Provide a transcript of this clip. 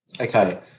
Okay